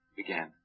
began